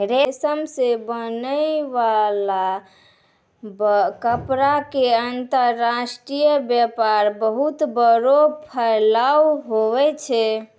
रेशम से बनै वाला कपड़ा के अंतर्राष्ट्रीय वेपार बहुत बड़ो फैलाव हुवै छै